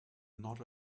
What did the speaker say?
not